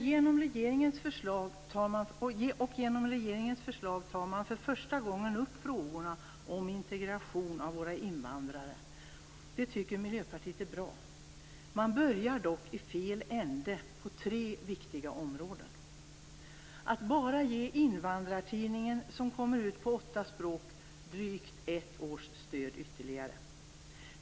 Genom regeringens förslag tar man för första gången upp frågorna om integration av våra invandrare. Det tycker Miljöpartiet är bra. Man börjar dock i fel ände, på tre viktiga områden. Det första är att man ger Invandrartidningen, som kommer ut på åtta språk, bara drygt ett års ytterligare stöd.